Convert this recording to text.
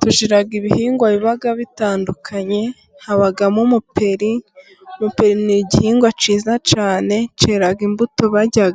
Tugira ibihingwa biba bitandukanye, habamo umuperi umuperi ni igihingwa cyiza cyane cyera imbuto barya,